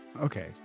Okay